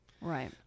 Right